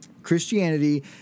Christianity